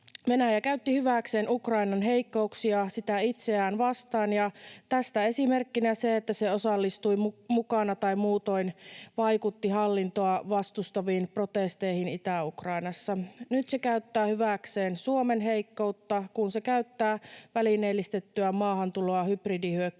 Venäjä käytti hyväkseen Ukrainan heikkouksia sitä itseään vastaan, ja tästä esimerkkinä se, että se osallistui mukana tai muutoin vaikutti hallintoa vastustaviin protesteihin Itä-Ukrainassa. Nyt se käyttää hyväkseen Suomen heikkoutta, kun se käyttää välineellistettyä maahantuloa hybridihyökkäyksen